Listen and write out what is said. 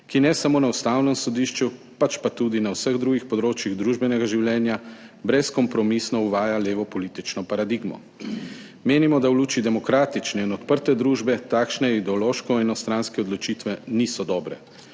ki ne samo na Ustavnem sodišču, pač pa tudi na vseh drugih področjih družbenega življenja brezkompromisno uvaja levo politično paradigmo. Menimo, da v luči demokratične in odprte družbe takšne ideološko enostranske odločitve niso dobre.